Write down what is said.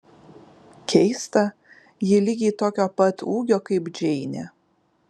keista ji lygiai tokio pat ūgio kaip džeinė